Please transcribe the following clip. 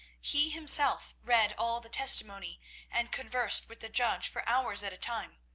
he himself read all the testimony and conversed with the judge for hours at a time,